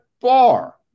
far